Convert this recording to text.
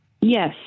Yes